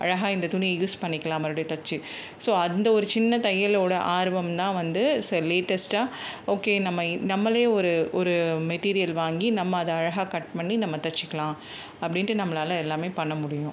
அழகாக இந்த துணி யூஸ் பண்ணிக்கலாம் மறுபடியும் தைச்சி ஸோ அந்த ஒரு சின்ன தையலோடய ஆர்வம் தான் வந்து ச லேட்டஸ்ட்டாக ஓகே நம்ம நம்மளே ஒரு ஒரு மெட்டீரியல் வாங்கி நம்ம அதை அழகாக கட் பண்ணி நம்ம தைச்சிக்கலாம் அப்படின்ட்டு நம்மளால எல்லாமே பண்ண முடியும்